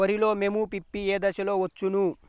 వరిలో మోము పిప్పి ఏ దశలో వచ్చును?